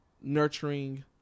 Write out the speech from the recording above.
nurturing